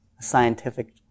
scientific